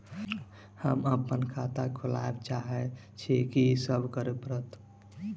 हम अप्पन खाता खोलब चाहै छी की सब करऽ पड़त?